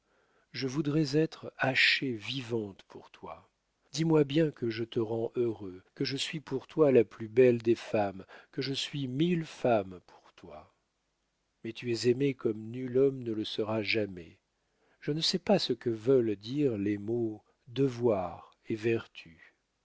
je voudrais être hachée vivante pour toi dis-moi bien que je te rends heureux que je suis pour toi la plus belle des femmes que je suis mille femmes pour toi mais tu es aimé comme nul homme ne le sera jamais je ne sais pas ce que veulent dire les mots devoir et vertu